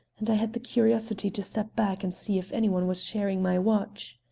and i had the curiosity to step back and see if any one was sharing my watch.